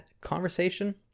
Conversation